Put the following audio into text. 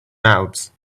mouths